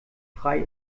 frei